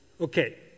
Okay